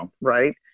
Right